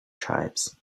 tribes